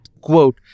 quote